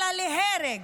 אלא להרג.